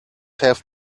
have